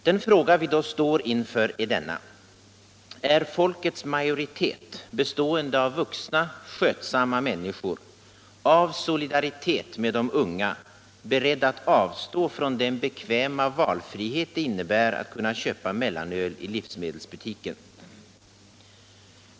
Den fråga vi då står inför är denna: Är folkets majoritet, bestående av vuxna, skötsamma människor, av solidaritet med de unga beredd att avstå från den bekväma valfrihet det innebär att kunna köpa mellanöl i livsmedelsbutiken?